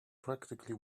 practically